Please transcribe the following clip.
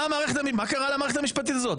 מה קרה למערכת המשפטית הזאת?